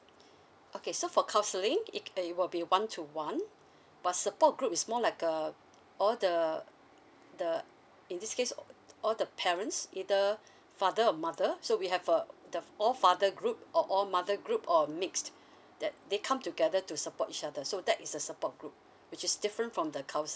okay so for counselling it it'll be a one to one but support group is more like a all the the in this case all the parents either father or mother so we have a the all father group or all mother group or mixed that they come together to support each other so that is a support group which is different from the counselling